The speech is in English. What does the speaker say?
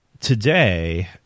today